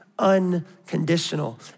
unconditional